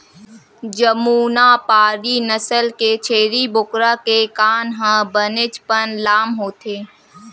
जमुनापारी नसल के छेरी बोकरा के कान ह बनेचपन लाम होथे